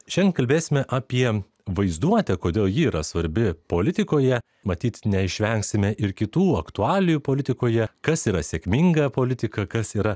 šian kalbėsime apie vaizduotę kodėl ji yra svarbi politikoje matyt neišvengsime ir kitų aktualijų politikoje kas yra sėkminga politika kas yra